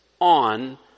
on